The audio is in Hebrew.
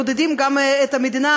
מעודדים גם את המדינה,